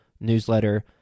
newsletter